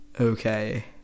Okay